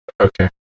Okay